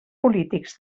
polítics